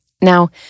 Now